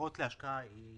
דירות להשקעה היא